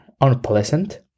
unpleasant